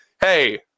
hey